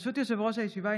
ברשות יושב-ראש הישיבה,